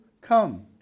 Come